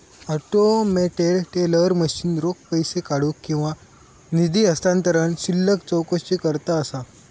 automated teller machine रोख पैसो काढुक, ठेवी, निधी हस्तांतरण, शिल्लक चौकशीकरता असा